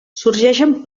sorgeixen